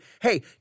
hey